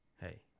Hey